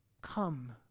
come